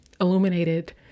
illuminated